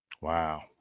wow